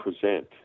present